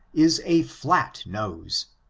is a flat nose.